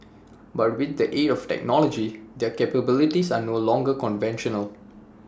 but with the aid of technology their capabilities are no longer conventional